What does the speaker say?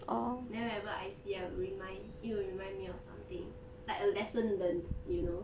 then whenever I see I remind it'll remind me of something like a lesson learned you know